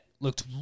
looked